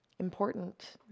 important